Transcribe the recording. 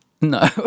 No